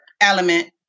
element